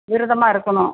விரதமாக இருக்கணும்